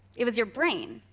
it was your brain.